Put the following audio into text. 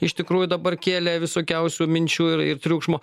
iš tikrųjų dabar kėlė visokiausių minčių ir ir triukšmo